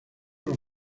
los